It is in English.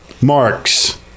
marks